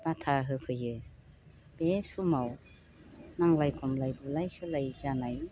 बाधा होफैयो बे समाव नांज्लाय खमलाय बुलाय सुलाय जानाय